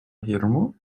hirmu